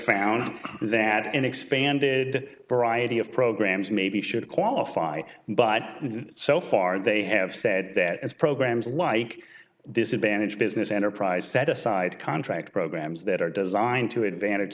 found that an expanded variety of programs maybe should qualify but so far they have said that as programs like disadvantaged business enterprise set aside contract programs that are designed to advantage